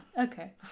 Okay